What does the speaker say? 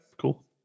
cool